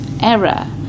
error